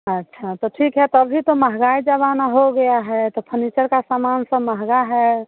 अच्छा तो ठीक है तो अभी तो महंगाई ज़माना हो गया है तो फर्नीचर का सामान सब मंहगा है